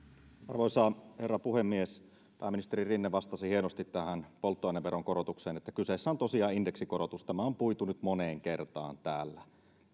arvoisa herra puhemies pääministeri rinne vastasi hienosti tähän polttoaineveron korotukseen että kyseessä on tosiaan indeksikorotus tämä on puitu nyt moneen kertaan täällä